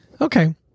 Okay